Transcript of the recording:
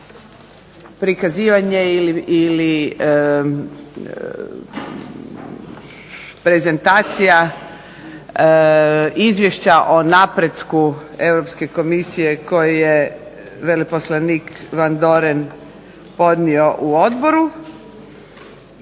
prikazivanje ili prezentacija izvješća o napretku Europske komisije koje je veleposlanik VAndoren podnio u Odboru